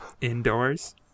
Indoors